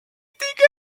également